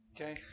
Okay